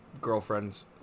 girlfriends